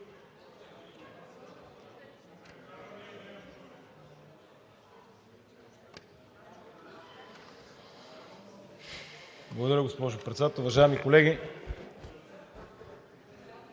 Благодаря, госпожо Председател. Уважаеми колеги,